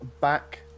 back